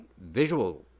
visual